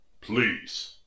Please